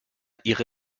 ihre